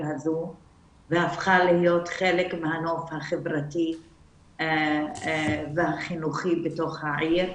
הזו והפכה להיות חלק מהנוף החברתי והחינוכי בתוך העיר.